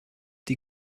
die